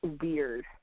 weird